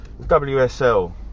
WSL